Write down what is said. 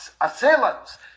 assailant's